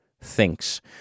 Thinks